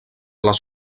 les